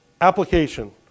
application